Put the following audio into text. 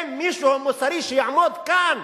אין מישהו מוסרי שיעמוד כאן,